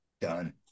done